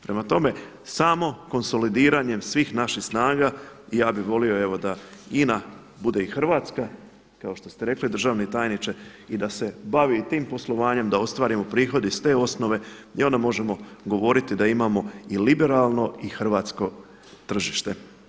Prema tome, samo konsolidiranjem svih naših snaga i ja bih volio evo da INA bude i Hrvatska kao što ste rekli državni tajniče i da se bavi i tim poslovanjem, da ostvarimo prihod i iz te osnove, gdje onda možemo govoriti da imamo i liberalno i hrvatsko tržište.